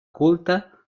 culte